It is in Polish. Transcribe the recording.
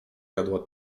jadła